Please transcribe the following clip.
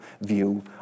view